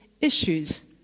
issues